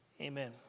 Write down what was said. Amen